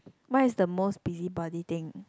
what is the most busybody thing